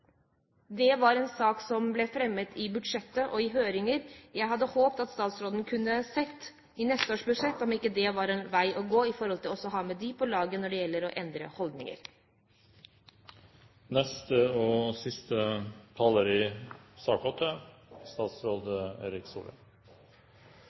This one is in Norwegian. Det var en sak som ble fremmet i forbindelse med budsjettet og i høringer. Jeg hadde håpet at statsråden i neste års budsjett kunne se på om det var en vei å gå for å ha med også dem på laget når det gjelder å endre holdninger. Det har vært en debatt med bred enighet, og